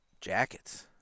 Jackets